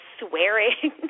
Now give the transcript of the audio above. swearing